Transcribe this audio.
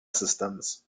systems